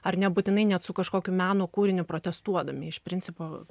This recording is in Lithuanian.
ar nebūtinai net su kažkokiu meno kūriniu protestuodami iš principo